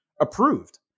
approved